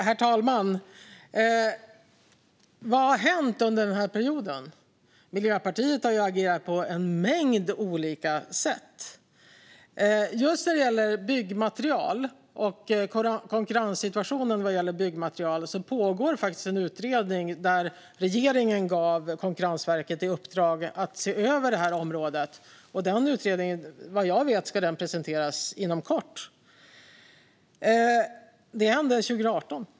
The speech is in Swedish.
Herr talman! Vad har hänt under den här perioden? Ja, Miljöpartiet har agerat på en mängd olika sätt. Just när det gäller byggmaterial och konkurrenssituationen vad gäller byggmaterial pågår det faktiskt en utredning där regeringen gav Konkurrensverket i uppdrag att se över det här området. Vad jag vet ska den utredningen presenteras inom kort. Det hände 2018.